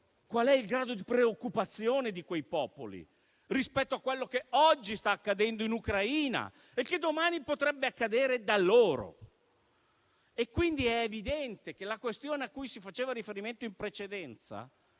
capire il grado di preoccupazione di quei popoli rispetto a quello che oggi sta accadendo in Ucraina e che domani potrebbe accadere da loro. È quindi evidente che la questione a cui si faceva riferimento in precedenza,